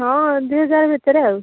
ହଁ ଯିଏ ଯା ଭିତରେ ଆଉ